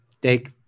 take